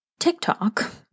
TikTok